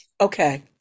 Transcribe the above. Okay